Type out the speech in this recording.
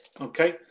okay